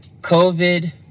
COVID